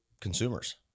consumers